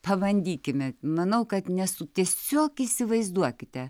pabandykime manau kad nesu tiesiog įsivaizduokite